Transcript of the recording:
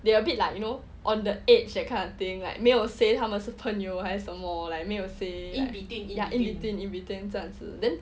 they are a bit like you know on the edge that kind of thing like 没有 say 他们是朋友还是 some more like 没有 say ya in between 这样子 then